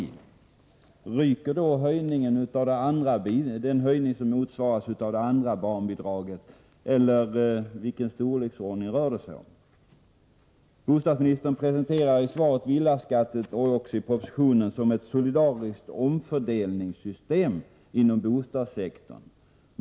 Ryker då motsvarande höjning av barnbidraget för det andra barnet, eller vilken storleksordning rör det sig om? Bostadsministern presenterar i svaret, och även i propositionen, villaskatten som ett solidariskt omfördelningssystem inom bostadssektorn.